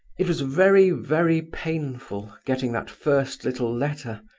it was very, very painful, getting that first little letter.